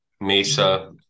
Mesa